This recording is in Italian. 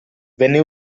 venne